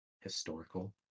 Historical